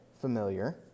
familiar